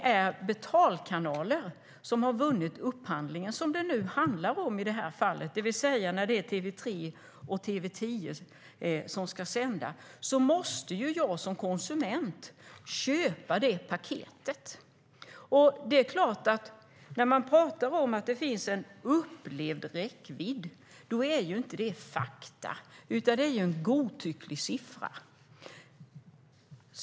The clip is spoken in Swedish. När det som i det här fallet är betalkanaler som har vunnit upphandlingen, det vill säga att det är TV3 och TV10 som ska sända, måste man som konsument köpa detta paket. Man talar om att det finns en upplevd räckvidd. Det är inte fakta, utan det är en godtycklig siffra.